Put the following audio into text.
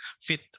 fit